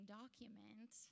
document